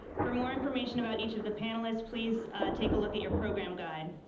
for more information about each of the panelists, please take a look at your program guide.